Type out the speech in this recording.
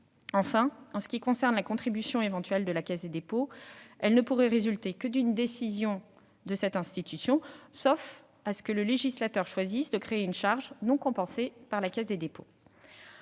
finances. En outre, la contribution éventuelle de la Caisse des dépôts et consignations ne pourrait résulter que d'une décision de cette institution, sauf à ce que le législateur choisisse de créer une charge non compensée pour la Caisse des dépôts